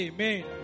Amen